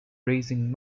raising